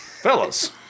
Fellas